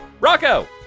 Rocco